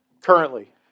currently